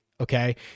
Okay